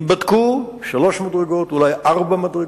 ייבדקו שלוש מדרגות, אולי ארבע מדרגות.